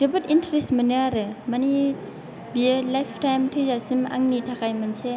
जोबोत इन्टारेस्ट मोनो आरो माने बियो लाइफ टाइम थैजासिम आंनि थाखाय मोनसे